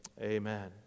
Amen